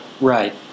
Right